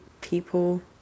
people